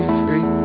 free